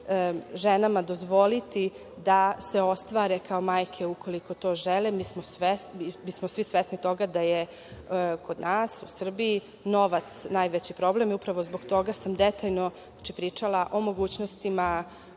ženama dozvoliti da se ostvare kao majke ukoliko to žele. Svi smo svesni toga da je kod nas, u Srbiji novac najveći problem i upravo zbog toga sam detaljno pričala o mogućnostima